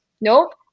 Nope